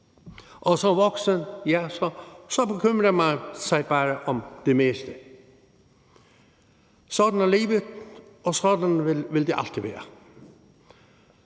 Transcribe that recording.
og som voksen bekymrer man sig bare om det meste. Sådan er livet, og sådan vil det altid være.